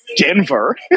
Denver